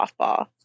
softball